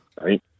right